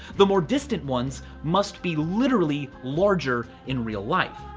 the more distant ones must be literally larger in real life.